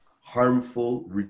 harmful